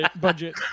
budget